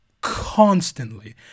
constantly